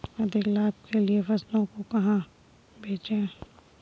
अधिक लाभ के लिए फसलों को कहाँ बेचें?